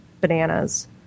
bananas